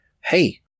hey